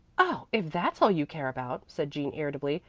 oh, if that's all you care about, said jean irritably,